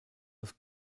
das